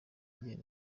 njye